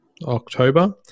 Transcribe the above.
october